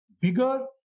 bigger